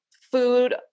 food